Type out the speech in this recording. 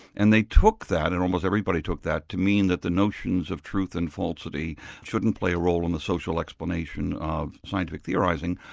and they took that, and almost everybody took that to mean that the notions of truth and falsity shouldn't play a role in the social explanation of scientific theorising.